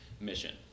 Mission